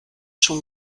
schon